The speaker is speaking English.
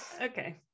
okay